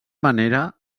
manera